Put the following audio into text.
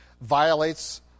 violates